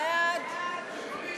של קבוצת סיעת מרצ,